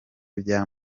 bya